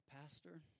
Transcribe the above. Pastor